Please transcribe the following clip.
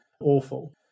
awful